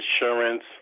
insurance